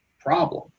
problem